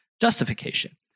justification